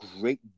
great